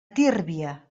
tírvia